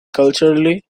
culturally